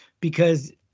because-